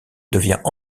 devient